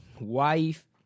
wife